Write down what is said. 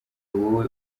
wowe